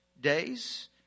days